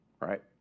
right